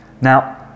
Now